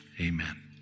amen